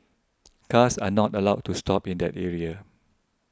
cars are not allowed to stop in that area